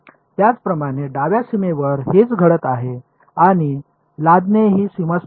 त्याचप्रमाणे डाव्या सीमेवर हेच घडत आहे आणि लादणे ही सीमा स्थिती आहे